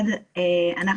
דבר ראשון,